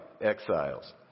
Exiles